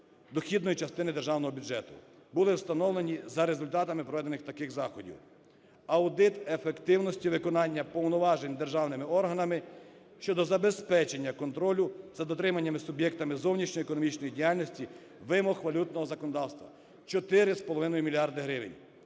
дохідної частини державного бюджету були встановлені за результатами проведених таких заходів. Аудит ефективності виконання повноважень державними органами щодо забезпечення контролю за дотриманням суб'єктами зовнішньої економічної діяльності вимог валютного законодавства – 4,5 мільярди